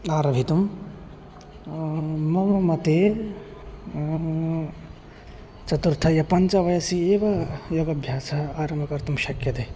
आरब्धुं मम मते चतुर्थे पञ्चमे वयसि एव योगभ्यासः आरम्भं कर्तुं शक्यते